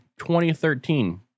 2013